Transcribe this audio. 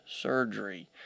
surgery